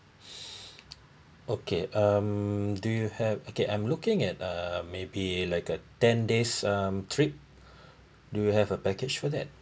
okay um do you have okay I'm looking at uh maybe like a ten days um trip do you have a package for that